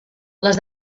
les